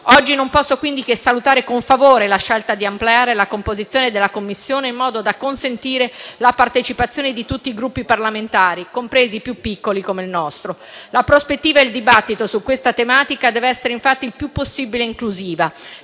Oggi non posso quindi che salutare con favore la scelta di ampliare la composizione della Commissione, in modo da consentire la partecipazione di tutti i Gruppi parlamentari, compresi i più piccoli come il nostro. La prospettiva e il dibattito su questa tematica devono essere infatti il più possibile inclusivi.